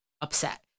upset